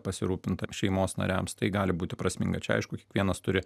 pasirūpinta šeimos nariams tai gali būti prasminga čia aišku kiekvienas turi